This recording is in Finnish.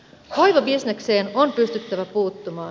hoivabisnekseen on pystyttävä puuttumaan